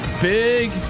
big